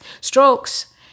strokes